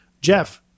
Jeff